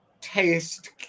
taste